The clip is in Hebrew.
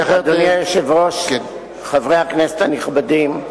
אדוני היושב-ראש, חברי הכנסת הנכבדים,